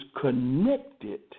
connected